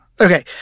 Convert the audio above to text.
Okay